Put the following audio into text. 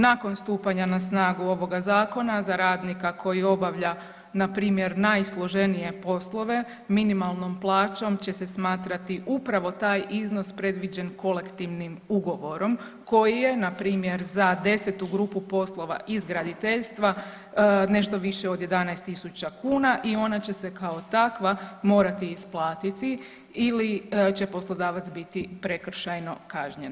Nakon stupanja na snagu ovoga zakona za radnika koji obavlja npr. najsloženije poslove minimalnom plaćom će se smatrati upravo taj iznos predviđen kolektivnim ugovorom koji je npr. za 10 grupu poslova iz graditeljstva nešto viši od 11.000 kuna i ona će se kao takva morati isplatiti ili će poslodavac biti prekršajno kažnjen.